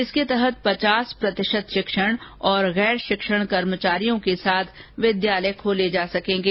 इसके तहत पचास प्रतिशत शिक्षण और गैर शिक्षण कर्मचारियों के साथ विद्यालय खोले जा सकेंगे